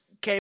came